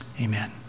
Amen